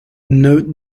note